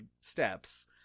steps